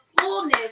fullness